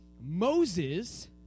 Moses